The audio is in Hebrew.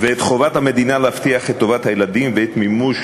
ואת חובת המדינה להבטיח את טובת הילדים ואת מימוש